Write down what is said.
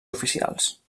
oficials